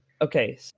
Okay